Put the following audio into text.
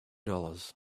dollars